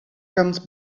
comes